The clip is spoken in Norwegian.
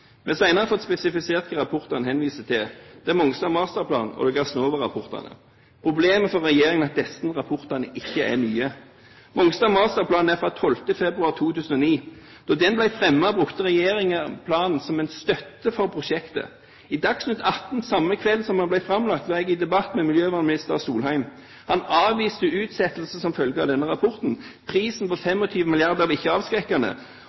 fått spesifisert hvilke rapporter han henviste til. Det er Mongstad masterplan og Gassnova-rapportene. Problemet for regjeringen er at disse rapportene ikke er nye. Masterplan Mongstad er fra 12. februar 2009. Da den ble fremmet, brukte regjeringen planen som en støtte for prosjektet. I Dagsnytt 18 samme kveld som den ble framlagt, var jeg i debatt med miljøvernminister Solheim. Han avviste utsettelse som følge av denne rapporten. Prisen på 25 mrd. kr var ikke avskrekkende,